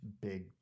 big